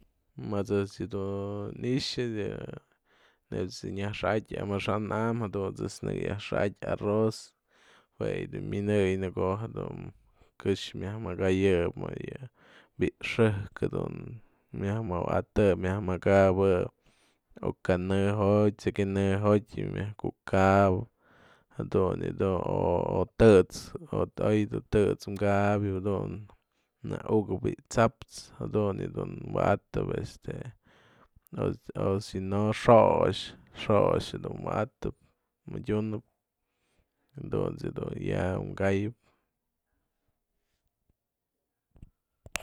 Mëdë ejt's dun i'ixë yë nebiat's ejt's yë nyaka ya'aj xa'aty amaxa'an am jadunt's ëjt's naka yaj xa'aty arroz, jue yë mi'inëy në ko'o jedun këxë myaj makayëp mëyë bi'i xë'ëk jadun myawmëwatëtëp myajmëka'apëp o kanë jo'oty o tse'ey kanë jo'oty myajkukabëp jadun yë dun o tët's ou dun tët's ka'abë dun në ukëp bi'i t'sa'apsë jadun yë dun wa'adap este o si no xo'oxë, xo'oxë dun wa'atap madyunëp dunt's du ya ka'ayëp.